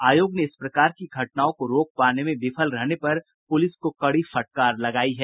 आयोग ने इस प्रकार की घटनाओं को रोक पाने में विफल रहने पर पुलिस को कड़ी फटकार लगाई है